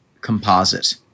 composite